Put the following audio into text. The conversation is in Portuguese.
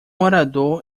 orador